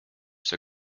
see